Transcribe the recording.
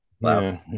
Wow